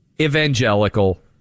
evangelical